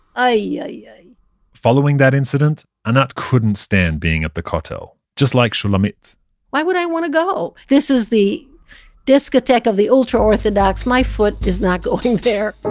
ah yeah yeah yoy following that incident, anat couldn't stand being at the kotel, just like shulamit why would i want to go? this is the discoteque of the ultraorthodox, my foot is not going there